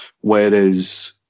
Whereas